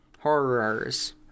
Horrors